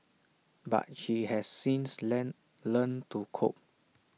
but she has since lend learnt to cope